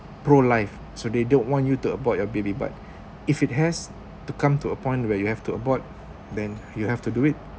pro life so they don't want you to abort your baby but if it has to come to a point where you have to abort then you have to do it